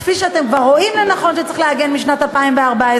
כפי שאתם כבר רואים לנכון לעגן משנת 2014,